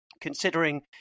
Considering